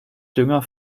dünger